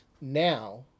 now